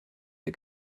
der